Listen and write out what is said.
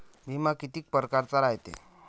बिमा कितीक परकारचा रायते?